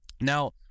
Now